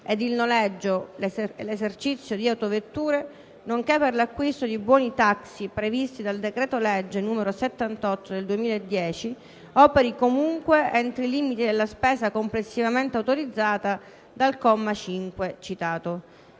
ed il noleggio e l'esercizio di autovetture, nonché per l'acquisto di buoni taxi previsti dal decreto-legge n. 78 del 2010, operi comunque entro i limiti della spesa complessivamente autorizzata dal comma 5 citato.